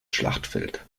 schlachtfeld